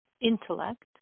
intellect